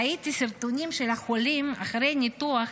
ראיתי סרטונים של החולים אחרי הניתוח,